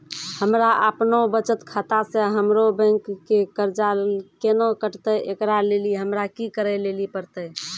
हमरा आपनौ बचत खाता से हमरौ बैंक के कर्जा केना कटतै ऐकरा लेली हमरा कि करै लेली परतै?